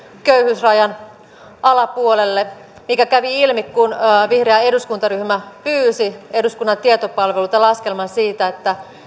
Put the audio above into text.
köyhyysrajan alapuolelle mikä kävi ilmi kun vihreä eduskuntaryhmä pyysi eduskunnan tietopalvelulta laskelman siitä